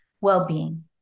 well-being